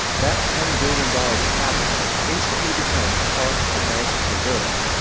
that ten billion dollar deposit instantly becomes part of the bank's reserves.